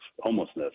homelessness